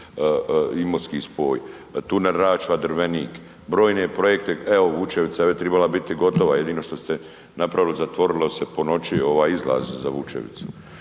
Imotski spoj, tunel Račva-Drvenik, brojne projekte, evo Vučevica ovdje je tribala biti gotova jedino što ste napravili zatvorilo se po noći izlaz za Vučevicu,